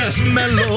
smell